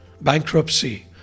bankruptcy